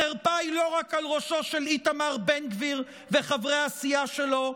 החרפה היא לא רק על ראשו של איתמר בן גביר וחברי הסיעה שלו,